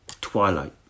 twilight